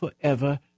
forever